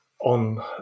on